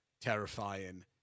terrifying